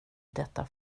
detta